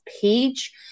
page